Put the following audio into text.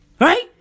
Right